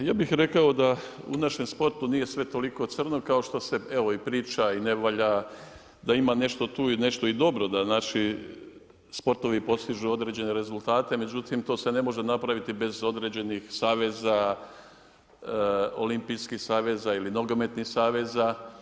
Kolega Maras, ja bi rekao, da u našem sportu nije sve toliko crno, kao što se evo i priča i ne valja, da ima nešto tu i nešto dobro, znači da naši sportovi postižu određene rezultati, međutim, to se ne može napraviti bez određenih saveza, olimpijskih saveza ili nogometni saveza.